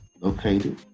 located